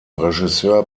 regisseur